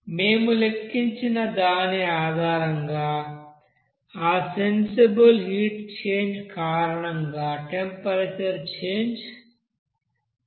మేము లెక్కించిన దాని ఆధారంగా ఆ సెన్సిబిల్ హీట్ చేంజ్ కారణంగా టెంపరేచర్ చేంజ్ ఉంటుంది